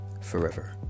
forever